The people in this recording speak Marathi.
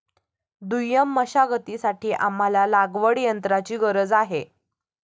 दुय्यम मशागतीसाठी आम्हाला लागवडयंत्राची गरज आहे